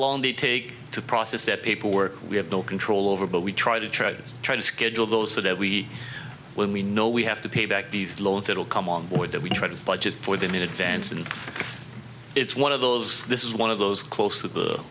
long they take to process that paperwork we have no control over but we try to try to try to schedule those so that we when we know we have to pay back these loans that will come on board that we try to budget for them in advance and it's one of those this is one of those close to the